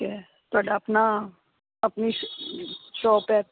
ਤੁਹਾਡਾ ਆਪਣਾ ਆਪਣੀ ਸ਼ੋਪ ਐ